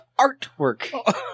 artwork